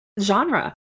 genre